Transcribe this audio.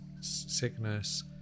sickness